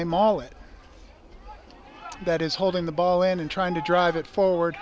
they mollett that is holding the ball in and trying to drive it forward